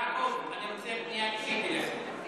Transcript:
יעקב, אני רוצה פנייה אישית אליך.